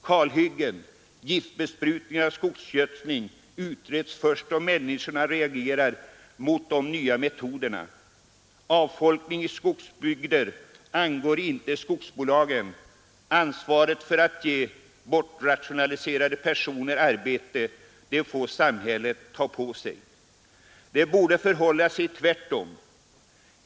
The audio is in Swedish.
Kalhyggena, giftbesprutningarna och skogsgödslingen utreds först då människorna reagerar mot de nya metoderna. Avfolkning i skogsbygder angår inte skogsbolagen. Ansvaret för att ge bortrationaliserade skogsarbetare arbete får samhället ta på sig. Det borde förhålla sig tvärtom.